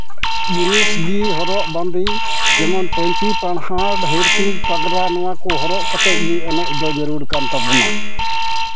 ᱡᱤᱱᱤᱥᱜᱮ ᱦᱚᱨᱚᱜ ᱵᱟᱸᱫᱮ ᱡᱮᱢᱚᱱ ᱯᱟᱹᱧᱪᱤ ᱯᱟᱲᱦᱟᱴ ᱦᱤᱨᱯᱤᱧ ᱯᱟᱸᱜᱽᱨᱟ ᱱᱚᱣᱟ ᱠᱚ ᱦᱚᱨᱚᱜ ᱠᱟᱛᱮᱫ ᱜᱮ ᱮᱱᱮᱡ ᱫᱚ ᱡᱟᱹᱨᱩᱲ ᱠᱟᱱ ᱛᱟᱵᱳᱱᱟ